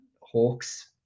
Hawks